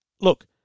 Look